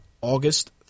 August